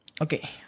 Okay